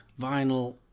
vinyl